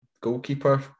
goalkeeper